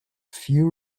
few